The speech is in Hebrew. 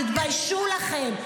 תתביישו לכם.